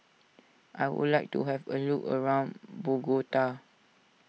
I would like to have a look around Bogota